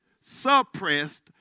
suppressed